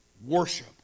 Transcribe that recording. Worship